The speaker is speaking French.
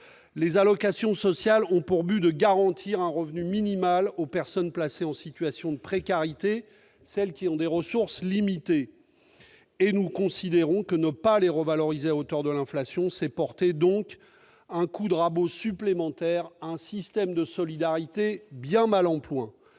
Les allocations sociales ont pour but de garantir un revenu minimal aux personnes en situation de précarité, qui ont des ressources limitées. Nous considérons que ne pas les revaloriser à hauteur de l'inflation revient à donner un coup de rabot supplémentaire à un système de solidarité déjà bien mal en point.